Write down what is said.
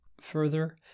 Further